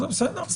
אז בסדר,